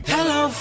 Hello